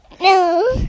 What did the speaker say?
No